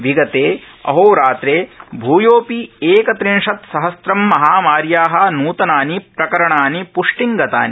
विगते अहोरात्रे भूयोपि एकत्रिंशत्सहस्रं महामार्या न्तनानि प्रकरणानि पृष्टिंगतानि